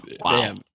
wow